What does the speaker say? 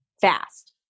fast